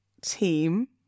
team